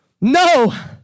No